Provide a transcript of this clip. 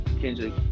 kendrick